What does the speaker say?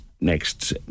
next